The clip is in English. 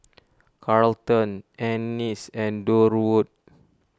Carlton Annis and Durwood